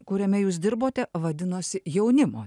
kuriame jūs dirbote vadinosi jaunimo